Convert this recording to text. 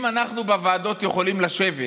אם אנחנו בוועדות יכולים לשבת